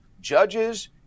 judges